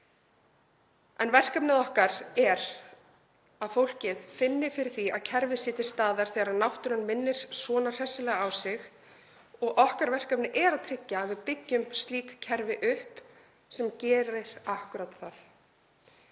En verkefnið okkar er að fólkið finni fyrir því að kerfið sé til staðar þegar náttúran minnir svona hressilega á sig. Okkar verkefni er að tryggja að við byggjum slík kerfi upp sem gerir akkúrat það.